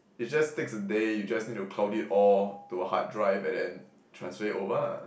it just takes a day you just need to cloud it all to a hard drive and then transfer it over lah